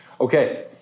Okay